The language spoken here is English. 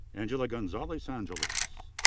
angela gonzalez-angeles.